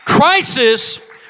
Crisis